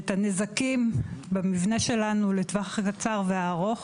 את הנזקים במבנה שלנו לטווח הקצר והארוך,